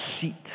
seat